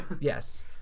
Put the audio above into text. Yes